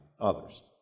others